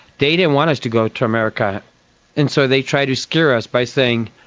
they didn't want us to go to america and so they tried to scare us by saying,